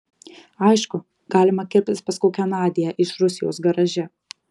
aišku galima kirptis pas kokią nadią iš rusijos garaže